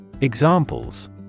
Examples